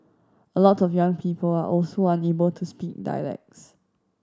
a lot of young people are also unable to speak dialects